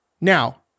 Now